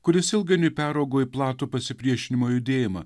kuris ilgainiui peraugo į platų pasipriešinimo judėjimą